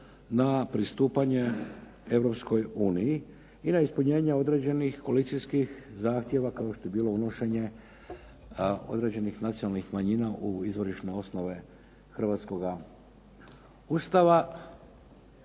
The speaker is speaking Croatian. na pristupanje Europskoj uniji i na ispunjenje određenih koalicijskih zahtjeva kao što je bilo unošenje nacionalnih manjina u izvorišne osnove hrvatskoga Ustava,